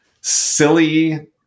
silly